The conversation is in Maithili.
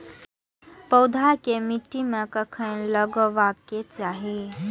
पौधा के मिट्टी में कखेन लगबाके चाहि?